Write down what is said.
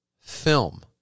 film